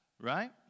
right